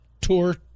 Tour